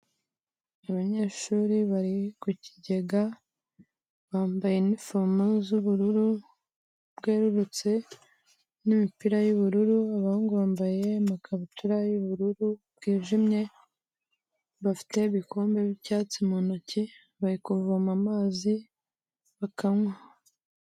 Abanyeshuri bari ku kigega, bambaye inifomo z'ubururu bwerurutse, n'imipira y'ubururu, abahungu bambaye amakabutura y'ubururu bwijimye, bafite ibikombe by'icyatsi mu ntoki, bari kuvoma amazi bakanywa.